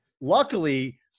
luckily